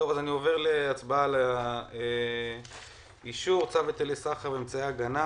עובר להצבעה לאישור צו היטלי סחר ואמצעי הגנה